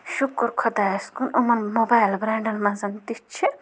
شُکُر خۄدایَس کُن یِمَن موبایِل برٛاینٛڈَن منٛز تہِ چھِ